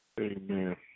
Amen